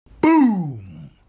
Boom